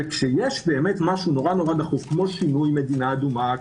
וכשיש משהו נורא דחוף כמו שינוי מדינה אדומה,